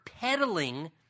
peddling